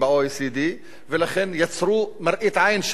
ולכן יצרו מראית עין וכזבים